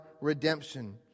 redemption